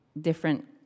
different